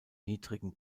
niedrigen